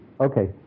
Okay